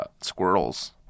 squirrels